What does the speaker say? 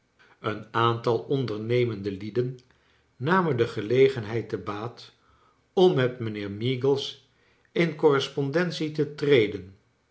een aantal ondernemende lieden namen de gelegenheid te baat om met mijnheer meagles in correspondentie te treden